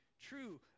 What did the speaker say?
true